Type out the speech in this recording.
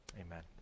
amen